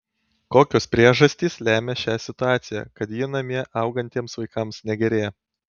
kokios priežastys lemia šią situaciją kad ji namie augantiems vaikams negerėja